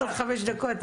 נכון.